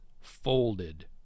folded